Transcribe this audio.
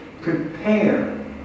prepare